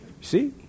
See